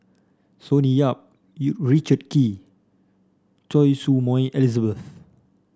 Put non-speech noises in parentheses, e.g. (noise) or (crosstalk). Sonny Yap (unintelligible) Richard Kee Choy Su Moi Elizabeth